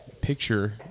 picture